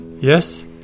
Yes